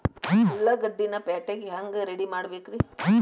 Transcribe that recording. ಉಳ್ಳಾಗಡ್ಡಿನ ಪ್ಯಾಟಿಗೆ ಹ್ಯಾಂಗ ರೆಡಿಮಾಡಬೇಕ್ರೇ?